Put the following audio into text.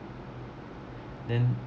then